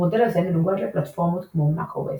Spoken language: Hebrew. המודל הזה מנוגד לפלטפורמות כמו Mac OS,